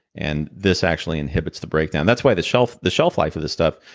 and this actually inhibits the breakdown. that's why the shelf-life the shelf-life of the stuff,